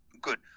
Good